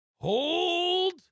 Hold